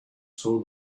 saw